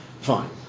Fine